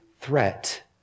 threat